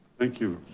thank you.